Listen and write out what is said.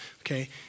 okay